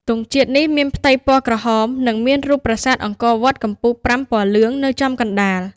ទង់ជាតិនេះមានផ្ទៃពណ៌ក្រហម និងមានរូបប្រាសាទអង្គរវត្តកំពូល ៥ ពណ៌លឿង នៅចំកណ្តាល។